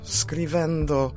scrivendo